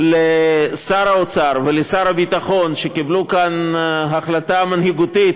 רבים מהם, סיפר לי שר האוצר, ביום חמישי